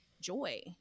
joy